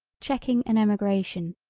checking an emigration,